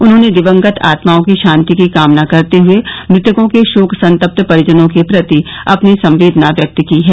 उन्होंने दिवंगत आत्माओं की शांति की कामना करते हुए मृतकों के शोक संतप्त परिजनों के प्रति अपनी संवेदना व्यक्त की है